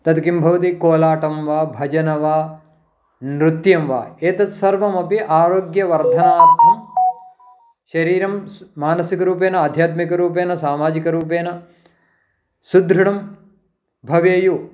तद् किं भवति कोलाटं वा भजनं वा नृत्यं वा एतत्सर्वमपि आरोग्यं वर्धनार्थं शरीरं स् मानसिकरूपेण आध्यात्मिकरूपेण सामाजिकरूपेण सुदृढं भवेयुः